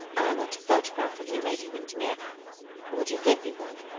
i want photograph of you, lady windermere would you give me one?